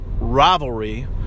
rivalry